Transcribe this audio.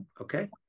Okay